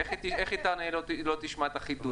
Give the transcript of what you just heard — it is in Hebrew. איך היא תענה אם היא לא תשמע את החידוד הזה?